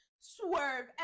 swerve